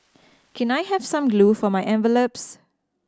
can I have some glue for my envelopes